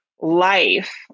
life